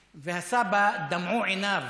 והסבא, דמעו עיניו